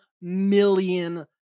million